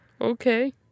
Okay